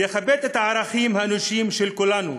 ויכבד את הערכים האנושיים של כולנו,